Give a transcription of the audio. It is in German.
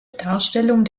darstellung